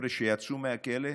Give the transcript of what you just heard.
חבר'ה שיצאו מהכלא אמרו: